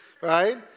right